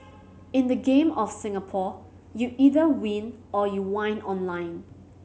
in the Game of Singapore you either win or you whine online